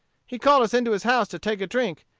he called us into his house to take a drink,